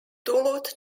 duluth